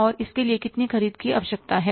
और इसके लिए कितनी ख़रीद की आवश्यकता है